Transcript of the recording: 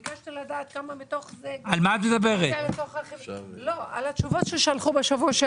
ביקשתי לדעת כמה מתוך זה נוגע לחברה הערבית.